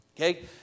Okay